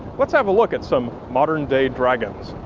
let's have a look at some modern-day dragons.